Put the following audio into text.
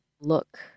look